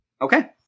Okay